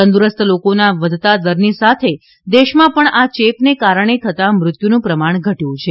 તંદુરસ્ત લોકોના વધતા દરની સાથે દેશમાં પણ આ ચેપને કારણે થતા મૃત્યુનું પ્રમાણ ઘટ્યું છે